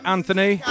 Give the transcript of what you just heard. Anthony